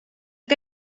que